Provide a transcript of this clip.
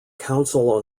council